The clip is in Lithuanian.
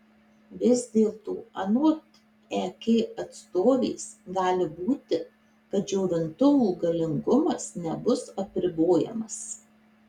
vis dėlto anot ek atstovės gali būti kad džiovintuvų galingumas nebus apribojamas